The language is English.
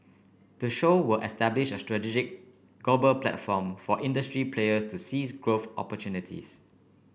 the show will establish a strategy global platform for industry players to seize growth opportunities